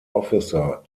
officer